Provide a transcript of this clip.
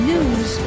News